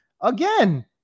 again